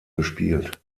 gespielt